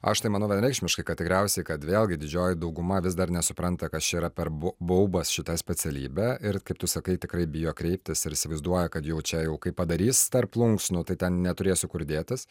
aš tai manau vienareikšmiškai kad tikriausiai kad vėlgi didžioji dauguma vis dar nesupranta kas čia yra per baubas šita specialybė ir kaip tu sakai tikrai bijo kreiptis ir įsivaizduoja kad jau čia jau kaip padarys tarp plunksnų tai ten neturėsiu kur dėtis